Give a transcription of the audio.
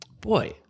boy